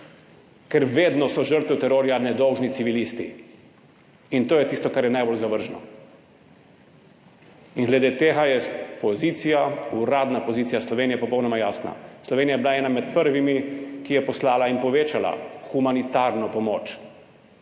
ker vedno so žrtve terorja nedolžni civilisti. In to je tisto, kar je najbolj zavržno. In glede tega je pozicija, uradna pozicija Slovenije popolnoma jasna. Slovenija je bila med prvimi, ki je poslala in povečala humanitarno pomoč